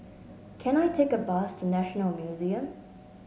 can I take a bus to National Museum